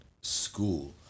school